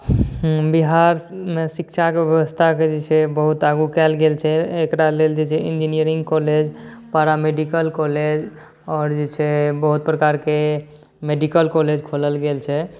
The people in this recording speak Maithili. बिहारमे शिक्षाके बेबस्थाके जे छै बहुत आगू कएल गेल छै एकरा लेल जे छै इन्जीनियरिङ्ग कॉलेज पारामेडिकल कॉलेज आओर जे छै बहुत प्रकारके मेडिकल कॉलेज खोलल गेल छै